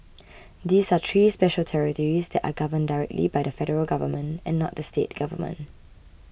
these are three special territories that are governed directly by the Federal Government and not the state government